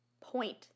point